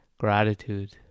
gratitude